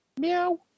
Meow